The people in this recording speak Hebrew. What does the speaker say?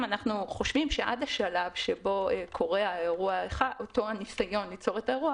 אנחנו חושבים שעד השלב שבו קורה הניסיון ליצור את האירוע